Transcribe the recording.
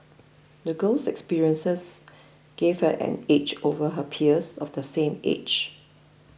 the girl's experiences gave her an edge over her peers of the same age